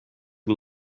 who